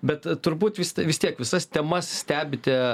bet turbūt vist vis tiek visas temas stebite